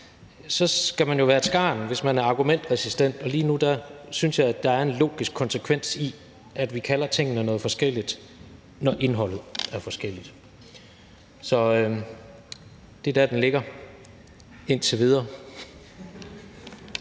man skal jo være et skarn, hvis man er argumentresistent, og lige nu synes jeg, at der er en logisk konsekvens i, at vi kalder tingene noget forskelligt, når indholdet er forskelligt. Så det er der, den ligger – indtil videre.